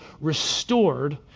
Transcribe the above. restored